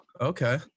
Okay